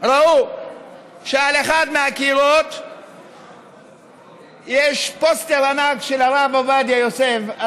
ראו שעל אחד מהקירות יש פוסטר ענק של הרב עובדיה יוסף,